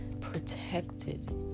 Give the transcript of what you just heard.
protected